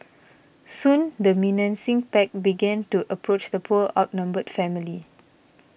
soon the menacing pack began to approach the poor outnumbered family